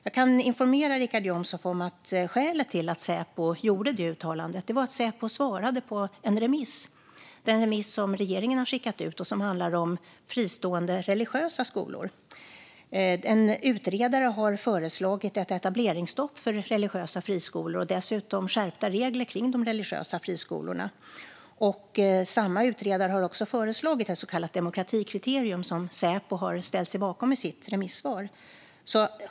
Jag kan informera Richard Jomshof om att skälet till att Säpo gjorde det uttalandet var att man svarade på en remiss om fristående religiösa skolor som regeringen skickat ut. En utredare har föreslagit ett etableringsstopp för religiösa friskolor och dessutom skärpta regler för de religiösa friskolorna. Samma utredare har också föreslagit ett så kallat demokratikriterium, som Säpo har ställt sig bakom i sitt remissvar.